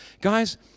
Guys